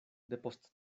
depost